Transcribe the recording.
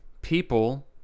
people